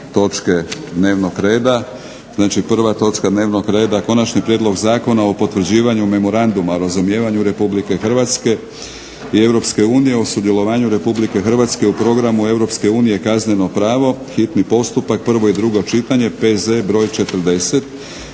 točke dnevnog reda. Znači prva točka dnevnog reda - Konačni prijedlog zakona o potvrđivanju Memoranduma o razumijevanju između Republike Hrvatske i Europske unije o sudjelovanju Republike Hrvatske u Programu Europske unije Kazneno pravo, hitni postupak, P.Z. br. 40.